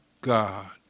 God